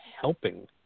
helping